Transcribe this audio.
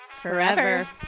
Forever